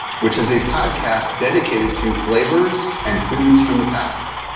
which is a podcast dedicated to flavors and foods from the past.